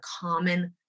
common